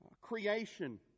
Creation